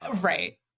right